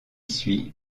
suit